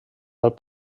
del